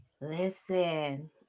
Listen